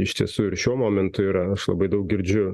iš tiesų ir šiuo momentu yra labai daug girdžiu